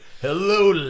hello